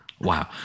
Wow